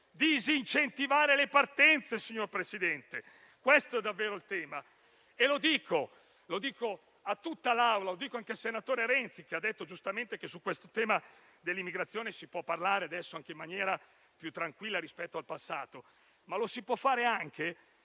Disincentivare le partenze, signor Presidente: questo è davvero il tema. Lo dico a tutta l'Assemblea, anche al senatore Renzi, che ha detto giustamente che su questo tema dell'immigrazione si può parlare adesso anche in maniera più tranquilla rispetto al passato, ma lo si può fare anche